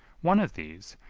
one of these,